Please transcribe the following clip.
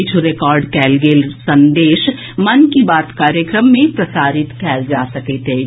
किछु रिकार्ड कयल गेल संदेश मन की बात कार्यक्रम मे प्रसारित कयल जा सकैत अछि